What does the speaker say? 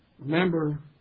Remember